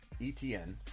ETN